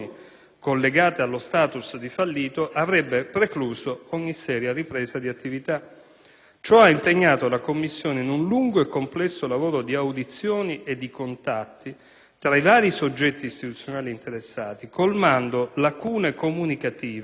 collegate allo *status* di fallito avrebbe precluso ogni seria ripresa di attività. Ciò ha impegnato la commissione in un lungo e complesso lavoro di audizioni e di contatti fra i vari soggetti istituzionali interessati, colmando lacune comunicative